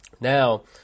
Now